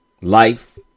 life